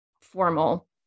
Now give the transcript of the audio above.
formal